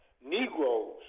Negroes